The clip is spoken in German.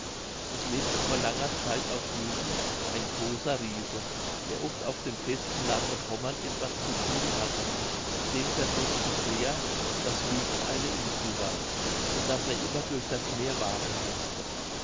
es lebte vor langer zeit auf rügen ein großer riese der oft auf dem festen lande pommern etwas zu thun hatte den verdroß es sehr daß rügen eine insel war und daß er immer durch das meer waten mußte